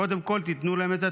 קודם כול תיתנו להם את זה.